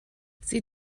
sie